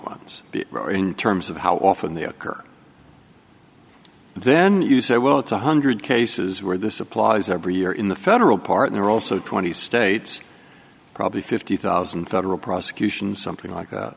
ones in terms of how often they occur then you say well it's one hundred cases where this applies every year in the federal partner also twenty states probably fifty thousand federal prosecutions something like that